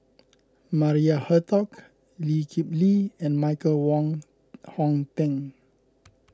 Maria Hertogh Lee Kip Lee and Michael Wong Hong Teng